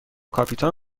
کاپیتان